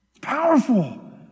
Powerful